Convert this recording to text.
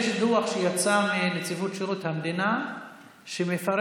יש דוח שיצא מנציבות שירות המדינה שמפרט